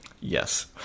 yes